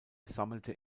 sammelte